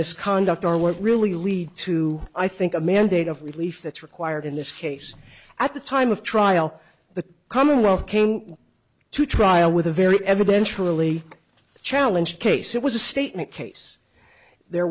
misconduct are what really lead to i think a mandate of relief that's required in this case at the time of trial the commonwealth came to trial with a very evident truly challenge case it was a statement case there